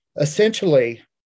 essentially